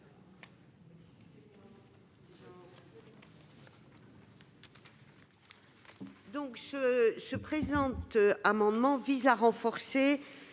1688. Le présent amendement vise à renforcer